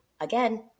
again